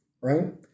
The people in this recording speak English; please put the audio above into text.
right